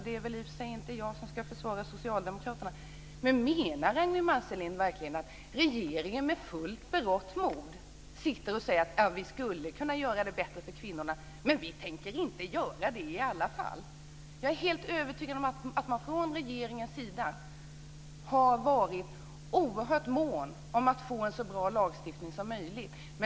Det är i och för sig inte jag som ska försvara socialdemokraterna, men jag undrar om Ragnwi Marcelind verkligen menar att regeringen med berått mod säger att den skulle kunna göra det bättre för kvinnorna men att den inte tänker göra det. Jag är helt övertygad om att man från regeringens sida har varit oerhört mån om att få en så bra lagstiftning som möjligt.